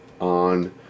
on